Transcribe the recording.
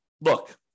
look